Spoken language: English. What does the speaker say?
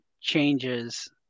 changes